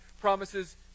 promises